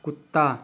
कुत्ता